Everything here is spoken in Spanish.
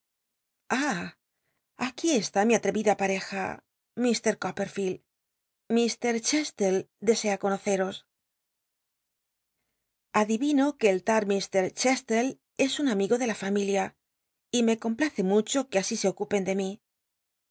aquí está mi atrevida pareja m coppcrfield mrs tose conoceros aclilino que el tal ir chestlc es un amigo de la familia y me complace mucho que asi se ocupen de mi